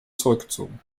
zurückgezogen